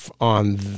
on